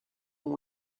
long